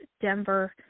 Denver